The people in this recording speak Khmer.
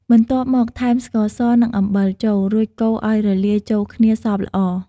បន្ទាប់មក ថែមស្ករស និងអំបិលចូល រួចកូរឲ្យរលាយចូលគ្នាសព្វល្អ។